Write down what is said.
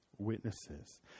witnesses